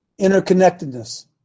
interconnectedness